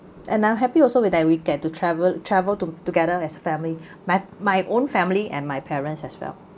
and I'm happy also we I we'd get to travel travel to together as a family my my own family and my parents as well